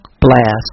blast